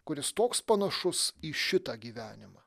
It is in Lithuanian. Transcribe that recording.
kuris toks panašus į šitą gyvenimą